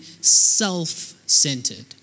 self-centered